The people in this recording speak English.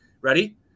Ready